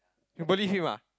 you believe him ah